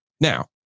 Now